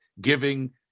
giving